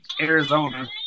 Arizona